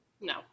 No